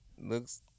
Looks